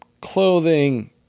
clothing